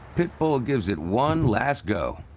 pitbull gives it one last go.